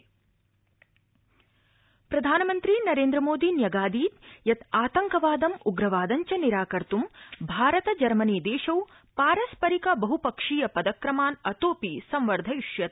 Merkel यात्रा प्रधानमन्त्री नरेन्द्रमोदी न्यगादीद यत् आतंकवादम् उप्रवादञ्च निराकत्त् भारत जर्मनीदेशौ पारस्परिक बहपक्षीय पदक्रमान् अतोऽपि संवर्धयिष्यत